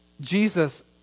Jesus